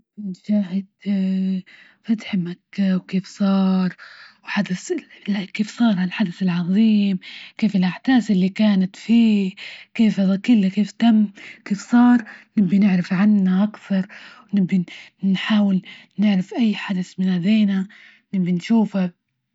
نحب نشاهد فتح مكة وكيف صار؟ الحدث كيف صار هالحدث العظيم؟ كيف الأحداث اللي كانت فيه؟ كيف تم؟ كيف صار؟ نبغي نعرف عنها أكثر ونبغي ن-نحاول نعرف أي أحداث زينة نبغي نشوفة.